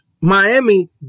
Miami